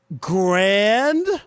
Grand